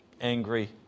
angry